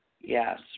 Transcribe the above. Yes